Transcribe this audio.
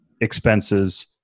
expenses